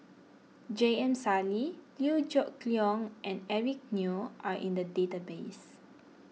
J M Sali Liew Geok Leong and Eric Neo are in the database